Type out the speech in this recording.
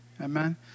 amen